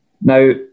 Now